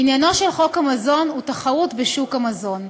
עניינו של חוק המזון בשוק המזון הוא תחרות בשוק המזון.